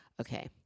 okay